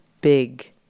big